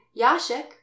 Yashik